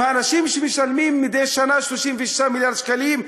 עם האנשים שמשלמים מדי שנה 36 מיליארד שקלים,